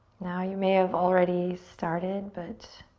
now, you may have already started but